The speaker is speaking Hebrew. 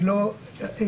אני לא אומר שמות,